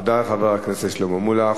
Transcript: תודה לחבר הכנסת שלמה מולה.